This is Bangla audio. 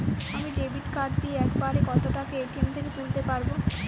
আমি ডেবিট কার্ড দিয়ে এক বারে কত টাকা এ.টি.এম থেকে তুলতে পারবো?